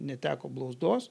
neteko blauzdos